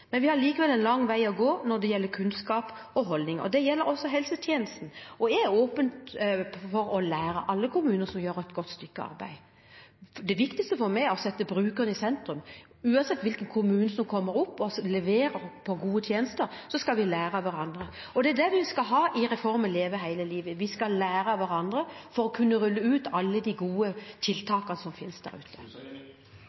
men vi har likevel en lang vei å gå når det gjelder kunnskap og holdninger. Det gjelder også helsetjenesten. Jeg er åpen for å lære av alle kommuner som gjør et godt stykke arbeid. Det viktigste for meg er å sette brukeren i sentrum. Uansett hvilken kommune som leverer med tanke på gode tjenester, skal vi lære av hverandre. Det er det vi skal ha i reformen Leve hele livet. Vi skal lære av hverandre for å kunne rulle ut alle de gode